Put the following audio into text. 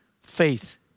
faith